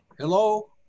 Hello